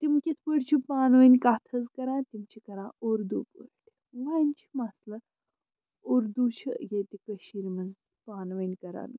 تِم کِتھٕ پٲٹھۍ چھِ پانہٕ وٲنۍ کَتھ حظ کَران تِم چھِ کَران اُردو پٲٹھۍ وۄنۍ چھُ مسلہٕ اُردو چھِ ییٚتہِ کٔشیٖرِ منٛز پانہٕ وٕنۍ کَران